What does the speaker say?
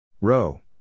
Row